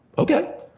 okay.